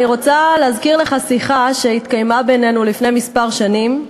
אני רוצה להזכיר לך שיחה שהתקיימה בינינו לפני כמה שנים,